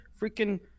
Freaking